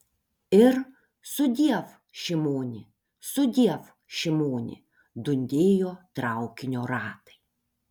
ir sudiev šimoni sudiev šimoni dundėjo traukinio ratai